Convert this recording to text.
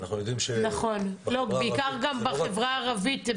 אנחנו יודעים שבחברה הערבית --- נכון,